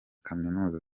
kaminuza